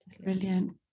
Brilliant